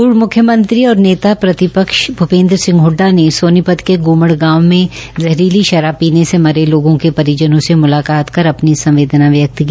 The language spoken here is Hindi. पूर्व मुख्यमंत्री और नेता प्रतिपक्ष भूपेंद्र सिंह हड़डा ने सोनीपत के गूमड़ गांव में जहरीली शराब पीने से मरे लोगों के परिजनों से मुलाकात कर अपनी संवेदना व्यक्त की